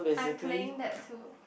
I'm playing that too